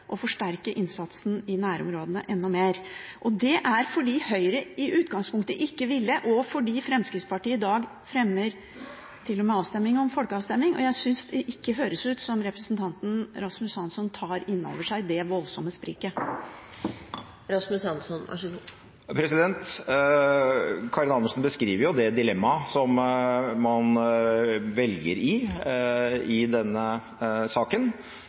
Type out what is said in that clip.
forsterke innsatsen i nærområdene enda mer. Det er slik fordi Høyre i utgangspunktet ikke ville, og fordi Fremskrittspartiet i dag til og med fremmer forslag om folkeavstemning. Jeg synes ikke det høres ut som at representanten Rasmus Hansson tar inn over seg det voldsomme spriket. Representanten Karin Andersen beskriver det dilemmaet som man har i denne saken.